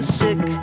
sick